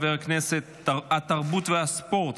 התרבות והספורט,